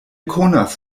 konas